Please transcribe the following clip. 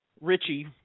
Richie